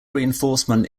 reinforcement